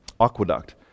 aqueduct